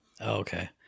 Okay